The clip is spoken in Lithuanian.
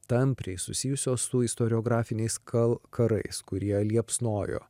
tampriai susijusios su istoriografiniais kal karais kurie liepsnojo